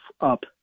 up